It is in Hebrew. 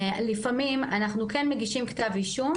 לפעמים אנחנו כן מגישים כתב אישום,